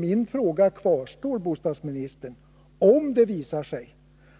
Min fråga kvarstår, herr bostadsminister: Om det visar sig